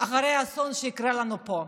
אחרי האסון שיקרה לנו פה?